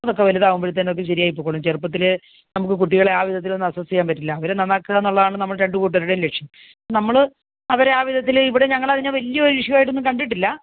അതൊക്കെ വലുതാകുമ്പോൾ അതൊന്നു ശരിയായി പൊക്കോളും ചെറുപ്പത്തിൽ നമുക്ക് കുട്ടികളെ ആ വിധത്തിലൊന്നും അസ്സസ്സ് ചെയ്യാൻ പറ്റില്ല അവരെ നന്നാക്കുക എന്നുള്ളതാണ് നമ്മൾ രണ്ടു കൂട്ടരുടെയും ലക്ഷ്യം നമ്മൾ അവരെ ആ വിധത്തിൽ ഇവിടെ ഞങ്ങൾ അതിനെ വലിയ ഒരു ഇഷ്യൂ ആയിട്ടൊന്നും കണ്ടിട്ടില്ല